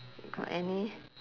got any